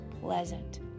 pleasant